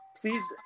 please